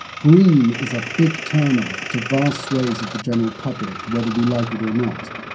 green is a big turnoff to vast swathes of the general public, whether we like it or not.